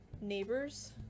neighbor's